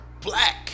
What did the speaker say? Black